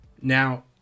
Now